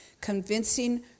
convincing